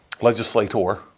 legislator